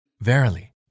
Verily